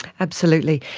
absolutely,